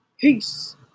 Peace